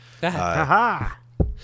Ha-ha